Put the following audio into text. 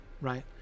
right